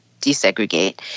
desegregate